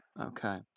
Okay